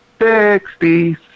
Sixty